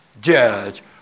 judge